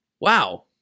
wow